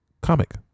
comic